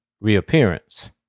reappearance